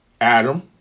Adam